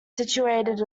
situated